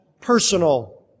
personal